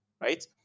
Right